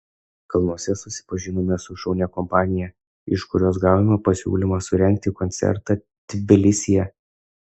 kalnuose susipažinome su šaunia kompanija iš kurios gavome pasiūlymą surengti koncertą tbilisyje